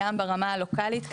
גם ברמה הלוקלית,